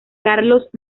carlos